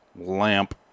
lamp